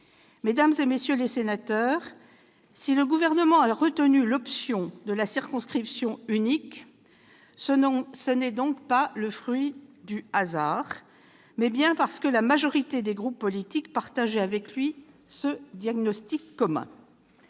Mesdames, messieurs les sénateurs, si le Gouvernement a retenu l'option de la circonscription unique, ce n'est donc pas du fait du hasard : c'est bien parce que la majorité des groupes politiques avaient, avec lui, un diagnostic commun.